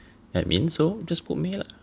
at min so just put May lah